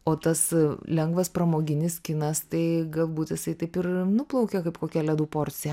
o tas lengvas pramoginis kinas tai galbūt jisai taip ir nuplaukia kaip kokia ledų porcija